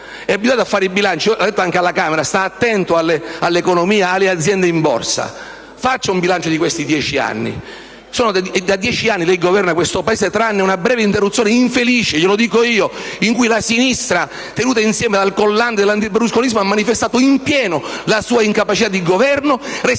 è abituato a fare i bilanci (l'ha detto anche alla Camera), sta attento all'economia e alle aziende in Borsa: faccia un bilancio di questi dieci anni! È da dieci anni che lei governa questo Paese, tranne una breve interruzione infelice - glielo dico io - in cui la sinistra, tenuta insieme dal collante dell'antiberlusconismo, ha manifestato in pieno la sua incapacità di governo, restituendole la